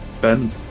Ben